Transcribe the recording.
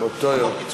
באותו יום.